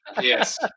Yes